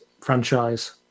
franchise